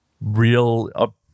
real